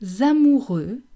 amoureux